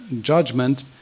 judgment